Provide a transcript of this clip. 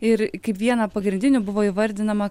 ir kaip viena pagrindinių buvo įvardinama